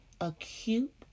acute